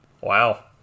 Wow